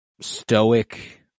stoic